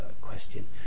question